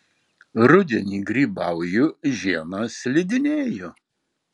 rudenį grybauju žiemą slidinėju